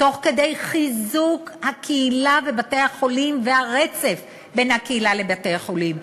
תוך כדי חיזוק הקהילה ובתי-החולים והרצף בין הקהילה לבתי-החולים,